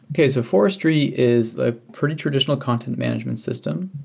okay. so forestry is the pretty traditional content management system.